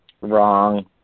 wrong